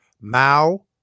Mao